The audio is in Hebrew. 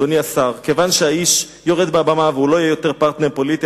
כיוון שהאיש יורד מהבמה והוא לא יהיה יותר פרטנר פוליטי,